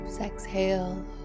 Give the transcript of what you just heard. exhale